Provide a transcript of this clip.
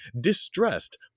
distressed